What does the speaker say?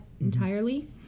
entirely